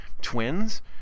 twins